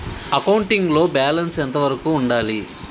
Accounting లో balance ఎంత వరకు ఉండాలి?